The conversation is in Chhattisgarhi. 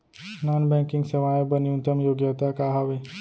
नॉन बैंकिंग सेवाएं बर न्यूनतम योग्यता का हावे?